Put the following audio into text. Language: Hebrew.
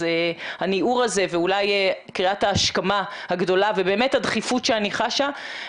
אז הניעור הזה ואולי קריאת ההשכמה הגדולה ובאמת הדחיפות שאני חשה,